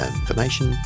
information